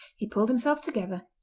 he pulled himself together,